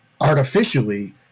artificially